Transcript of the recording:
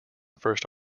first